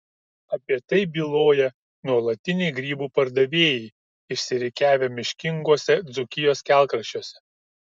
apie tai byloja nuolatiniai grybų pardavėjai išsirikiavę miškinguose dzūkijos kelkraščiuose